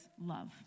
love